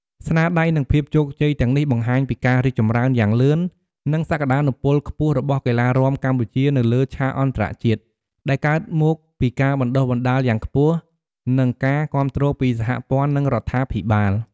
ស្នាដៃ និងភាពជោគជ័យទាំងនេះបង្ហាញពីការរីកចម្រើនយ៉ាងលឿន និងសក្តានុពលខ្ពស់របស់កីឡារាំកម្ពុជានៅលើឆាកអន្តរជាតិ ដែលកើតមកពីការបណ្តុះបណ្តាលយ៉ាងខ្ពស់ និងការគាំទ្រពីសហព័ន្ធ និងរដ្ឋាភិបាល។